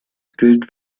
gilt